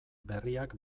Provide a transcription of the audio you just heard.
berriak